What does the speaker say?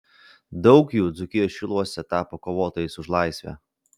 daug jų dzūkijos šiluose tapo kovotojais už laisvę